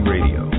Radio